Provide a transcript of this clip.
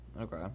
Okay